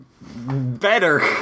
Better